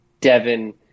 Devin